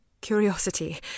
curiosity